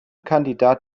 kandidat